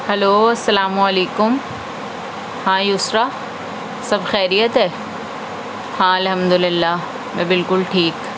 hello السلام علیکم hi Yusra سب خیریت ہے ہاں الحمد اللہ میں بالکل ٹھیک